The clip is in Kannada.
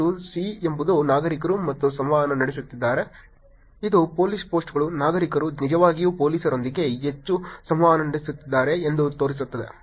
ಮತ್ತು C ಎಂಬುದು ನಾಗರಿಕರು ಮಾತ್ರ ಸಂವಹನ ನಡೆಸುತ್ತಿದ್ದಾರೆ ಇದು ಪೊಲೀಸ್ ಪೋಸ್ಟ್ಗಳು ನಾಗರಿಕರು ನಿಜವಾಗಿಯೂ ಪೊಲೀಸರೊಂದಿಗೆ ಹೆಚ್ಚು ಸಂವಹನ ನಡೆಸುತ್ತಿದ್ದಾರೆ ಎಂದು ತೋರಿಸುತ್ತದೆ